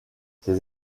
ses